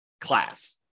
class